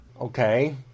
Okay